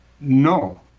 no